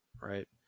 right